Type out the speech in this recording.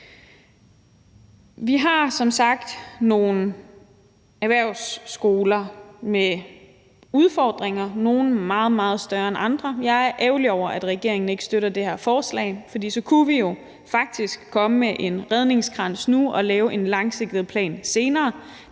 Vi har som sagt nogle erhvervsskoler med udfordringer, nogle meget, meget større end andre. Jeg er ærgerlig over, at regeringen ikke støtter det her forslag, for så kunne vi jo faktisk komme med en redningskrans nu og lave en langsigtet plan senere.